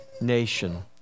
nation